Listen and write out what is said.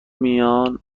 میان